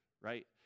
Right